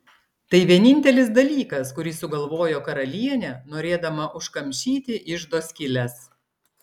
tai vienintelis dalykas kurį sugalvojo karalienė norėdama užkamšyti iždo skyles